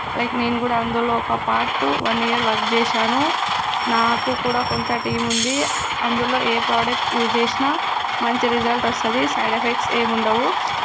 like నేను కూడా అందులో ఒక పార్టు వన్ ఇయర్ వర్క్ చేశాను నాకు కూడా కొంత టీం ఉంది అందులో ఏ ప్రొడక్ట్స్ యూస్ చేసిన మంచి రిసల్ట్ వస్తుంది సైడ్ ఎఫెక్ట్స్ ఏమి ఉండవు